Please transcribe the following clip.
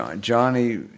Johnny